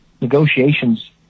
negotiations